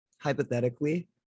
hypothetically